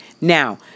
Now